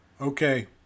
okay